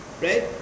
right